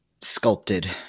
sculpted